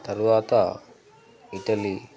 తరువాత ఇటలీ